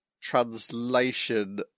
translation